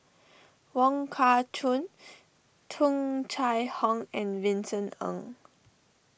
Wong Kah Chun Tung Chye Hong and Vincent Ng